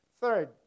Third